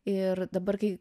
ir dabar kai